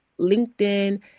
LinkedIn